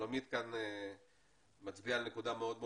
שלומית מצביעה על נקודה מאוד חשובה.